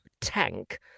tank